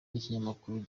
n’ikinyamakuru